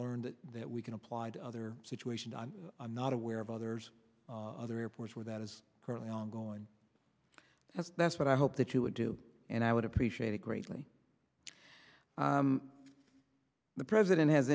learned that we can apply to other situations i'm not aware of others other airports where that is currently ongoing as that's what i hope that you would do and i would appreciate it greatly the president has